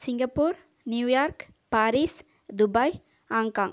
Singapore New York Paris Dubai Hong Kong